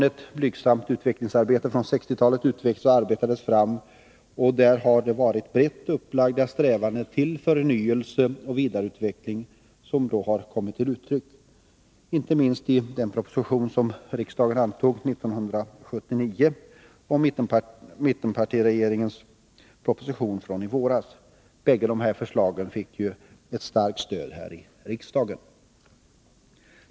Ett blygsamt utvecklingsarbete från 1960-talet har utvecklats och arbetats fram, och brett upplagda strävanden till förnyelse och vidareutveckling har kommit till uttryck, inte minst i den fp-proposition som riksdagen antog 1979 och i mittenpartiregeringens proposition från i våras. Bägge dessa förslag fick ett starkt stöd här i riksdagen.